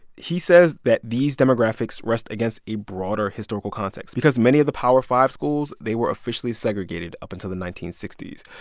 he says that these demographics rest against a broader historical context because many of the power five schools they were officially segregated up until the nineteen sixty s.